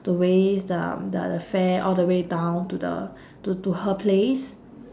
to waste the um the the fair all the way down to the to to her place